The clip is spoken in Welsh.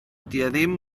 ddim